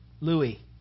Louis